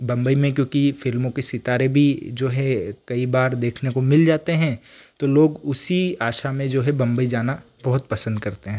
बम्बई में क्योंकि फ़िल्मों के सितारे भी जो है कई बार देखने को मिल जाते हैं तो लोग उसी आशा में जो है बम्बई जाना बहुत पसंद करते हैं